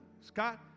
Scott